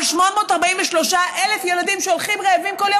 אבל 843,000 ילדים שהולכים רעבים כל יום